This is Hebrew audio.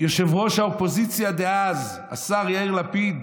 יושב-ראש האופוזיציה דאז, השר יאיר לפיד,